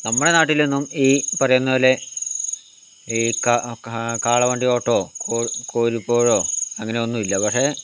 നമ്മുടെ നാട്ടിലൊന്നും ഈ പറയുന്ന പോലെ ഈ ക് കാ കാളവണ്ടി ഓട്ടമോ കോ കോഴിപ്പോരോ അങ്ങനെയൊന്നും ഇല്ല പക്ഷേ